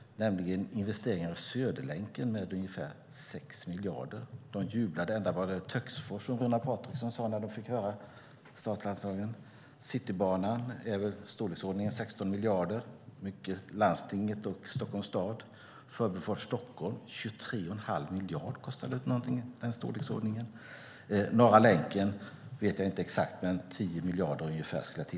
Det har gjorts investeringar i Södra länken med ungefär 6 miljarder. De jublade ända borta i Töcksfors, som Runar Patriksson sade, när de fick höra startanslagen. Citybanan är i storleksordningen 16 miljarder, mycket kommer från landstinget och Stockholms stad, Förbifart Stockholm kostar omkring 23,5 miljarder, Norra länken vet jag inte exakt, men jag skulle tippa på ungefär 10 miljarder.